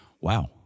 wow